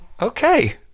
Okay